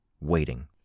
waiting